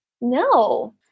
No